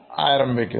ആരംഭിക്കുന്നു